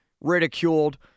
ridiculed